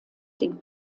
den